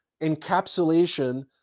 encapsulation